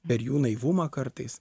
per jų naivumą kartais